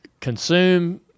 consume